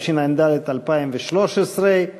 התשע"ד 2013,